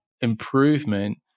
improvement